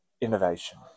innovation